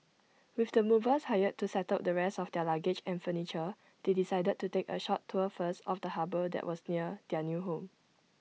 with the movers hired to settle the rest of their luggage and furniture they decided to take A short tour first of the harbour that was near their new home